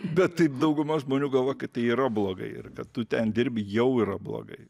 bet taip dauguma žmonių galvoja kad tai yra blogai ir kad tu ten dirbi jau yra blogai